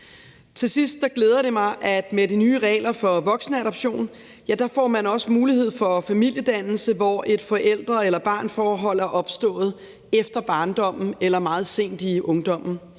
at det glæder mig, at man med de nye regler for voksenadoption, også får mulighed for familiedannelse, hvor et forældre-barn-forhold er opstået efter barndommen eller meget sent i ungdommen.